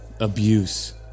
abuse